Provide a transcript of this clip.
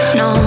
no